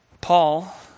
Paul